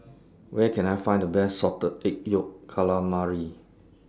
Where Can I Find The Best Salted Egg Yolk Calamari